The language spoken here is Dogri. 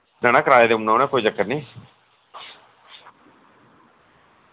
ना ना कराया देई ओड़ना उ'नै कोई चक्कर नि